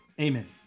Amen